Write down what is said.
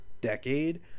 decade